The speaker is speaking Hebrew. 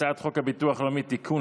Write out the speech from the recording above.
הצעת חוק הביטוח הלאומי (תיקון,